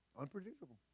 Unpredictable